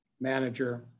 manager